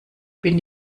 bin